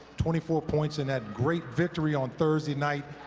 twenty four points in that great victory on thursday night.